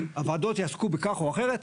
שהוועדות יעסקו בכך או אחרת.